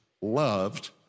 loved